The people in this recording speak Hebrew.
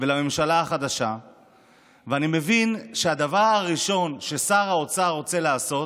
ולממשלה החדשה ואני מבין שהדבר הראשון ששר האוצר רוצה לעשות,